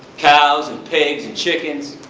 cows and pigs and chickens.